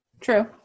true